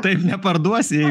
taip neparduosi jei